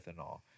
ethanol